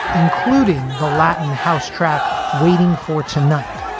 including the latin house track waiting for tonight,